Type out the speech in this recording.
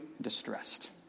distressed